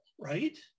right